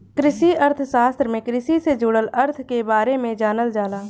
कृषि अर्थशास्त्र में कृषि से जुड़ल अर्थ के बारे में जानल जाला